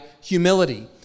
humility